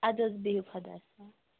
اَدٕ حظ بِہِِو خۄدایَس حوال